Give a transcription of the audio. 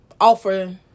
offer